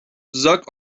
زاک